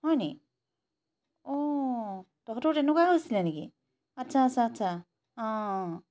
হয় নি অঁ তহঁতৰো তেনেকুৱাই হৈছিলে নেকি আচ্ছা আচ্ছা আচ্ছা অঁ